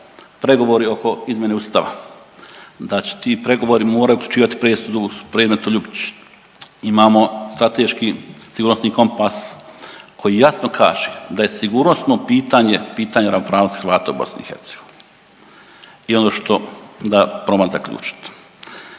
pregovori oko izmjene ustava, da će ti pregovori moraju uključivati i presudu u predmetu Ljubić. Imamo strateški sigurnosni kompas koji jasno kaže da je sigurnosno pitanje, pitanje ravnopravnosti Hrvata u BiH. I ono što da probam zaključiti,